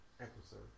episode